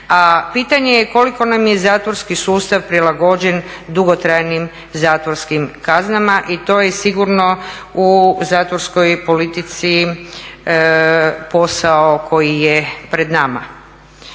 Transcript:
pitanje je koliko nam je zatvorski sustav prilagođen dugotrajnim zatvorskim kaznama i to je sigurno u zatvorskoj politici posao koji je pred nama.